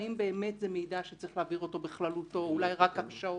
האם זה מידע שבאמת צריך להעביר אותו בכללותו או אולי רק הרשעות.